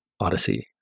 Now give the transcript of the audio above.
odyssey